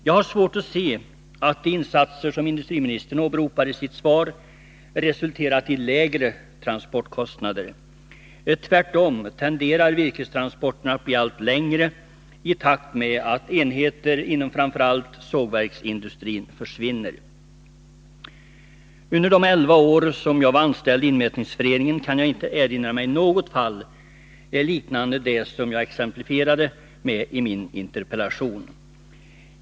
Jag har svårt att se att de insatser som industriministern åberopar i sitt svar har resulterat i lägre transportkostnader. Tvärtom tenderar virkestransporterna att bli allt längre i takt med att enheter inom framför allt sågverksindustrin försvinner. Trots mina elva år som anställd i Inmätningsföreningen kan jag inte erinra mig något fall liknande det som jag exemplifierade med i min interpellation.